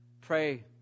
Pray